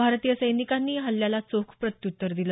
भारतीय सैनिकांनीही या हल्ल्याला चोख प्रत्यूत्तर दिलं